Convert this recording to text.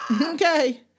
Okay